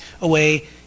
away